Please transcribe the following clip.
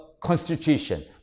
constitution